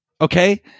Okay